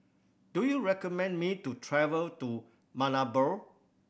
do you recommend me to travel to Malabo